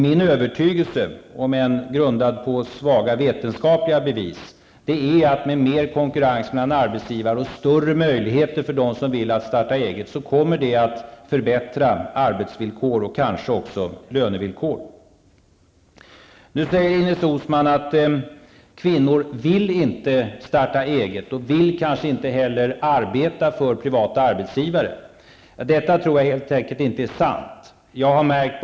Min övertygelse -- om än grundad på svaga vetenskapliga bevis -- är att mer konkurrens mellan arbetsgivare och större möjligheter för dem som vill starta eget kommer att förbättra arbetsvillkoren och kanske också lönevillkoren. Ines Uusmann säger att kvinnor inte vill starta eget och att de kanske inte heller vill arbeta för privata arbetsgivare. Detta tror jag helt enkelt inte är sant.